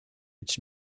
iets